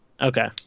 Okay